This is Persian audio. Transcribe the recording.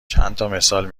چندتامثال